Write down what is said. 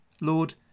Lord